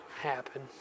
happen